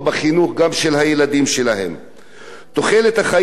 תוחלת החיים של העובדים האלה היא נמוכה